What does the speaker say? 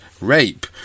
rape